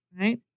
right